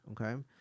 Okay